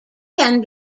can